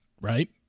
Right